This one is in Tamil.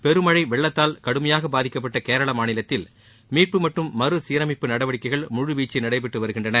பெருமழை வெள்ளத்தால் கடுமையாக பாதிக்கப்பட்ட கேரள மாநிலத்தில் மீட்பு மற்றும் மறசீரமைப்பு நடவடிக்கைகள் முழுவீச்சில் நடைபெற்று வருகின்றன